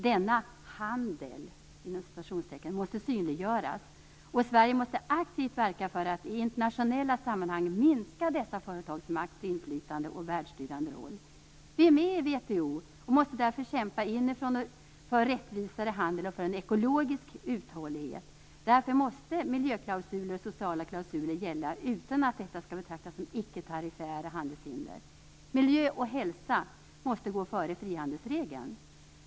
Denna s.k. handel måste synliggöras, och Sverige måste aktivt verka för att i internationella sammanhang minska dessa företags makt, inflytande och världsstyrande roll. Vi är med i WTO och måste därför kämpa inifrån för en rättvisare handel och för en ekologisk uthållighet. Därför måste miljöklausuler och sociala klausuler gälla utan att detta skall betraktas som icke-tariffära handelshinder. Miljö och hälsa måste gå före frihandelsregeln.